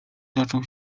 zaczął